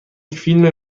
فیلم